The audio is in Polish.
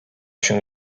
się